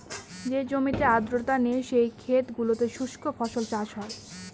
যে জমিতে আর্দ্রতা নেই, সেই ক্ষেত গুলোতে শুস্ক ফসল চাষ হয়